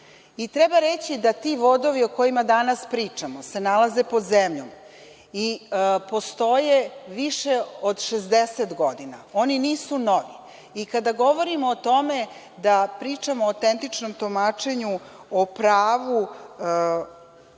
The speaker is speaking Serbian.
Treba reći da ti vodovi o kojima danas pričamo se nalaze pod zemljom i postoje više od 60 godina. Oni nisu novi. Kada govorimo o tome da pričamo o autentičnom tumačenju, o pravu